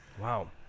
Wow